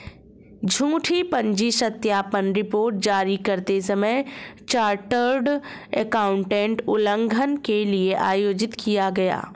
झूठी पूंजी सत्यापन रिपोर्ट जारी करते समय चार्टर्ड एकाउंटेंट उल्लंघन के लिए आयोजित किया गया